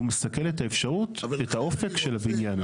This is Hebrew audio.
והוא מסכל את האפשרות ואת האופק של הבניין.